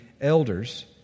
elders